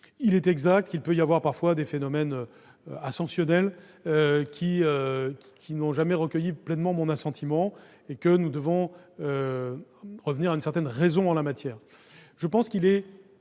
Il est exact qu'il peut se produire parfois des « phénomènes ascensionnels », qui n'ont jamais recueilli pleinement mon assentiment, et que nous devons revenir à une certaine raison en la matière.